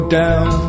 down